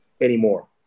anymore